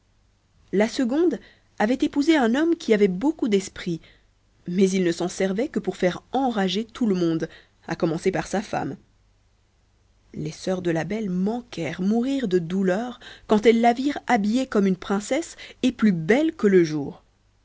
la seconde avait épousé un homme qui avait beaucoup d'esprit mais il ne s'en servait que pour faire enrager tout le monde et sa femme toute la première les sœurs de la belle manquèrent de mourir de douleur quand elles la virent habillée comme une princesse et plus belle que le jour